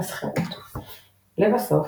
התמסחרות לבסוף,